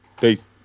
Peace